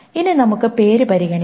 ഇനി നമുക്ക് പേര് പരിഗണിക്കാം